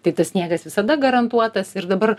tai tas sniegas visada garantuotas ir dabar